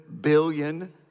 billion